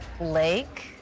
Lake